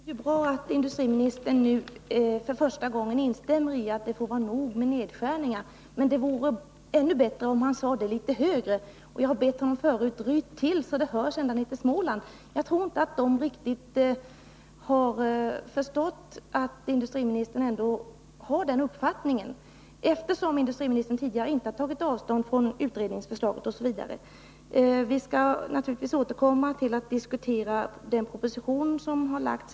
Herr talman! Det är bra att industriministern nu för första gången instämmer i att det får vara nog med nedskärningar. Men det vore än bättre om han sade det litet högre. Jag har förut uppmanat industriministern: Ryt till så att det hörs ända ner till Småland! Jag tror inte att man där riktigt har förstått att industriministern ändå har denna uppfattning, eftersom industriministern tidigare inte tagit avstånd från utredningsförslaget osv. Vi skall naturligtvis återkomma och diskutera den proposition som i dag har framlagts.